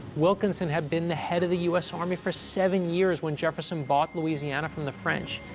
wilkinson had been the head of the u s. army for seven years when jefferson bought louisiana from the french.